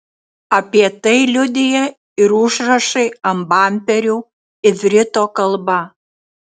apie tai liudija ir užrašai ant bamperių ivrito kalba